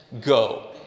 Go